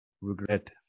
regret